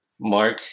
Mark